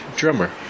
drummer